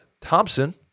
Thompson